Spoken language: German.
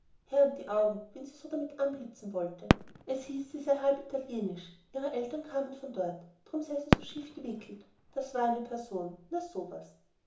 und die augen wen sie so damit anblitzen wollte es hieß sie sei halb italienisch ihre eltern kamen von dort drum sei sie so schief gewickelt das war eine person na so was